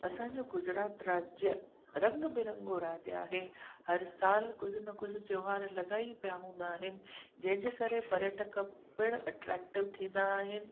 असांजो गुजरात राज्य रंग बिरंगो राज्य आहे हर साल कुझु न कुझु त्योहार लॻा ई पिया हूंदा आहिनि जंहिं जे करे पर्यटक पिणि अट्रेक्टिव थींदा आहिनि